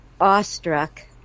awestruck